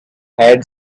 had